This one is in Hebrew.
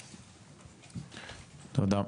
תודה.